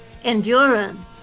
Endurance